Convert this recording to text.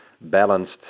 balanced